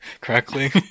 correctly